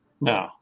No